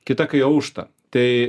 kita kai aušta tai